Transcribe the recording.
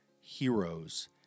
heroes